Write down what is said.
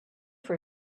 for